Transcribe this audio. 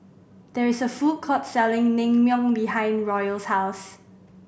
there is a food court selling Naengmyeon behind Royal's house